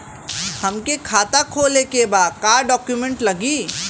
हमके खाता खोले के बा का डॉक्यूमेंट लगी?